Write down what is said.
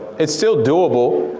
it's still doable.